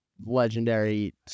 legendary